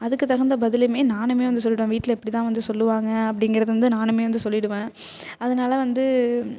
அதுக்கு தகுந்த பதிலும் நானும் வந்து சொல்லிடுவேன் வீட்டில் இப்படிதான் வந்து சொல்வாங்க அப்டிங்கிறது வந்து நானும் வந்து சொல்லிடுவேன் அதனால வந்து